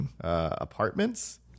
apartments